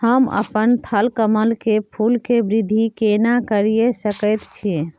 हम अपन थलकमल के फूल के वृद्धि केना करिये सकेत छी?